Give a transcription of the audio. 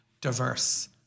diverse